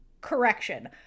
correction